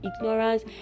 ignorance